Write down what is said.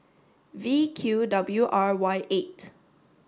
V Q W R Y eight